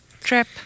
trip